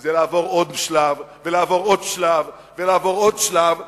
זה לעבור עוד שלב ולעבור עוד שלב ולעבור עוד שלב.